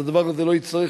הדבר הזה לא יצטרך,